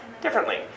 Differently